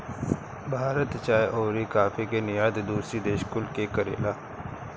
भारत चाय अउरी काफी के निर्यात दूसरी देश कुल के करेला